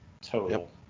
total